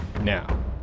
Now